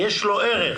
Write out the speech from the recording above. יש לו ערך.